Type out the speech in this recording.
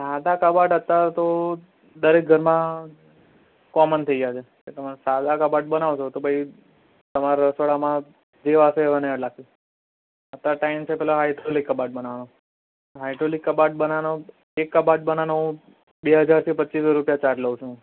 સાદા કબાટ અત્યાર તો દરેક ઘરમાં કોમન થઈ ગયાં છે તમારે સાદા કબાટ બનાવશો તો ભાઈ તમારા રસોડામાં જેવાં છે તેવાં ને તેવાં લાગશે અત્યાર ટાઈમ છે પેલા હાઇડ્રોલિક કબાટ બનાવાનું હાઇડ્રોલિક કબાટ બનાવાનું એક કબાટ બનાવાનું બે હજારથી પચીસ સો રૂપિયા ચાર્જ લઉં છું હું